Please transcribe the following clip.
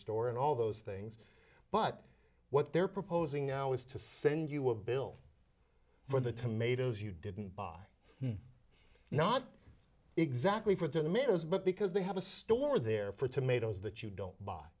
store and all those things but what they're proposing now is to send you a bill for the tomatoes you didn't buy not exactly for tomatoes but because they have a store there for tomatoes that you don't buy